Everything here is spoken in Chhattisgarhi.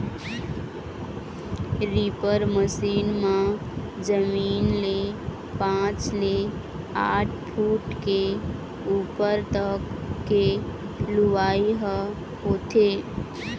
रीपर मसीन म जमीन ले पाँच ले आठ फूट के उप्पर तक के लुवई ह होथे